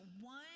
one